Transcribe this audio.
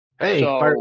hey